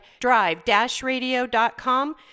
drive-radio.com